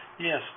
Yes